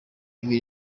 ibi